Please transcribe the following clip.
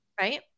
Right